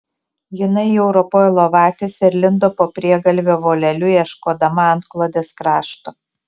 jinai jau ropojo lovatiese ir lindo po priegalvio voleliu ieškodama antklodės krašto